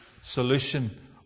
solution